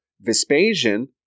Vespasian